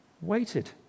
waited